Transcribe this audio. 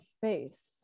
face